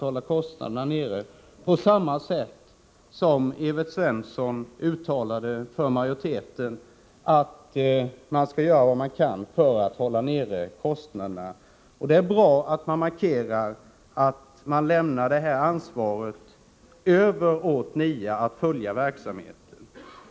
Likaså uttalade Evert Svensson på majoritetens vägnar att man skall göra vad man kan för att hålla kostnaderna nere. Det är bra att man markerar att man lämnar över ansvaret åt NIA att följa verksamheten.